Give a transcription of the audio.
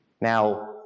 Now